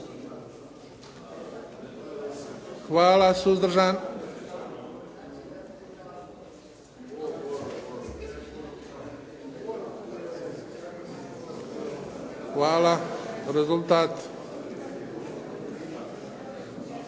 Hvala. Suzdržan? Hvala. Rezultat?